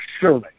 surely